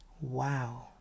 Wow